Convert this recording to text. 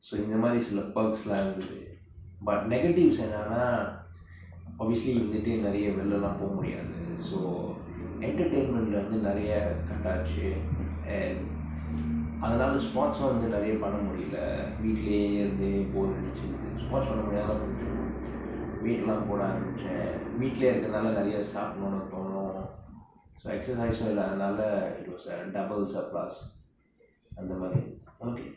இந்த மாதிரி சில:intha maathiri sila perks இருந்தது:irunthathu but negatives என்னன்னா:ennanaa obviously வந்துட்டு நிரைய வெளிளலாம் போக முடியாது:vanthuttu niraya velilalaam poga mudiyaathu so entertainment இருந்து நிரைய:irunthu niraya cut ஆச்சு:aachu and அதுனால:athunaala sports வந்து நிரைய பன்ன முடியல வீட்டுலையே இருந்து:vanthu niraya panna mudiyala veetlaye irunthu bore அடிச்சது:adichathu sports பன்ன முடியாதனால கொன்ஜொ:panna mudiyaathanaala konjo weight போட ஆரம்பிச்சேன் வீட்டுலையே இருந்தனால நிரைய சாப்பிடம்னு தோனும்:poda aarambichen veetlaye irunthanaala niraya saapdanumnu thonum so exercise இல்லதனால்:illaathanaal it was a double surplus அந்த மாதிரி இருந்தது உனக்கு:antha maathiri irunthathu unakku